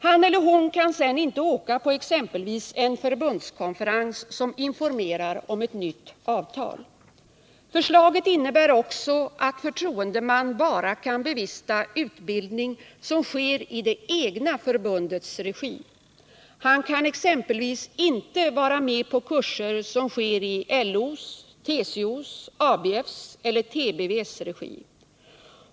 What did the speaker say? Han eller hon kan sedan inte åka på exempelvis en förbundskonferens som informerar om ett nytt avtal! Förslaget innebär också att förtroendeman bara kan bevista utbildning som sker i det egna förbundets regi. Han kan exempelvis inte vara med på kurser, som sker i LO:s, TCO:s, ABF:s eller TBV:s regi!